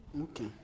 Okay